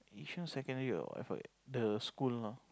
Yishun secondary or whatever the school loh